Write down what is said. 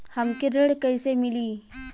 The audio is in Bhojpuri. हमके ऋण कईसे मिली?